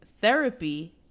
Therapy